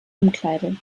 umkleide